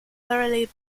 thoroughly